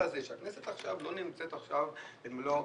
לכן, עכשיו, כשהכנסת לא נמצאת במלוא פעילותה,